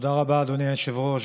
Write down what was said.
תודה רבה, אדוני היושב-ראש.